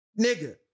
nigga